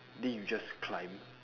then you just climb